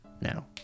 now